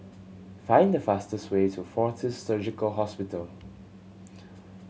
find the fastest way to Fortis Surgical Hospital